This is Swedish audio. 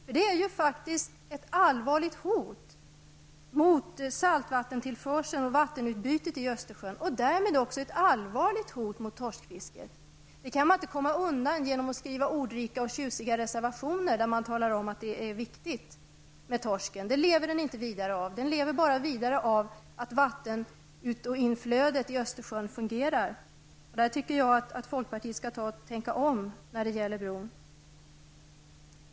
Bygget är ett allvarligt hot mot saltvattentillförseln och vattenutbytet i Östersjön och därmed också ett allvarligt hot mot torskfisket. Det kan man inte komma undan genom att skriva ordrika och tjusiga reservationer där man talar om att det är viktigt med torsken. Den lever inte vidare av det. Den lever bara vidare av att vattenut och inflödet i Östersjön fungerar. Jag tycker att folkpartiet skall tänka om när det gäller bron.